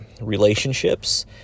relationships